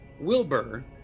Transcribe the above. Wilbur